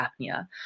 apnea